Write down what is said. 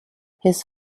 his